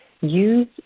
use